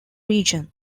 region